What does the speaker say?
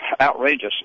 outrageous